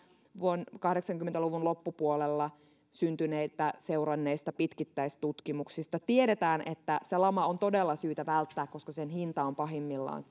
kahdeksankymmentä luvun loppupuolella syntyneitä seuranneista pitkittäistutkimuksista tiedetään että se lama on todella syytä välttää koska sen hinta on pahimmillaan